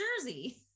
Jersey